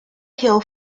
hill